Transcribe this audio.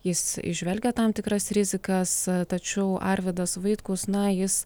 jis įžvelgia tam tikras rizikas tačiau arvydas vaitkus na jis